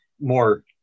more